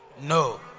No